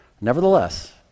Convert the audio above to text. Nevertheless